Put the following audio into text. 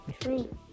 True